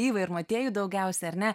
ivą ir motiejų daugiausia ar ne